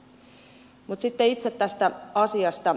mutta sitten itse tästä asiasta